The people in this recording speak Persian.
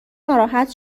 ناراحت